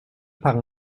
par